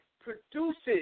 produces